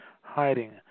hiding